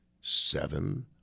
Seven